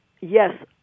yes